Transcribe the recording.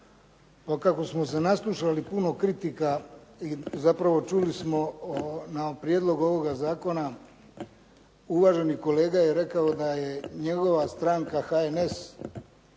Kako smo se naslušali puno kritika i zapravo čuli smo na prijedlog ovoga zakona uvaženi kolega je rekao da je njegova stranka HNS